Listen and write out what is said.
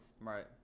Right